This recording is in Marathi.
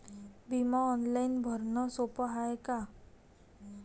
बिमा ऑनलाईन भरनं सोप हाय का?